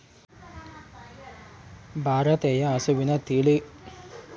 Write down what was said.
ಭಾರತೇಯ ಹಸುವಿನ ತಳಿಗಳಲ್ಲಿ ಇರುವ ವ್ಯತ್ಯಾಸಗಳೇನು ಮತ್ತು ರೋಗನಿರೋಧಕ ತಳಿ ಯಾವುದು?